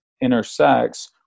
intersects